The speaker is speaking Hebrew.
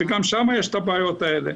שגם שם יש את הבעיות האלה.